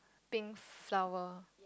pink flower